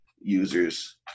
users